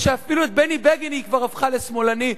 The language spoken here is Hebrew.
ואפילו את בני בגין היא כבר הפכה לשמאלני,